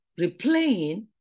replaying